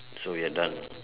so we're done ah